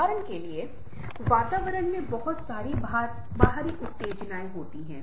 उदाहरण के लिए वातावरण में बहुत सारी बाहरी उत्तेजनाएं होती हैं